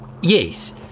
Yes